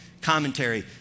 commentary